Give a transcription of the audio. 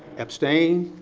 abstain.